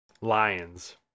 Lions